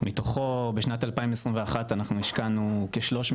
מתוכו בשנת 2021 אנחנו השקענו כ- 300